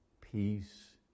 Peace